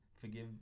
forgive